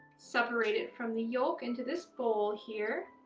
separate it from the yolk into this bowl here.